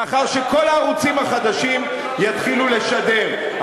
לאחר שכל הערוצים החדשים יתחילו לשדר,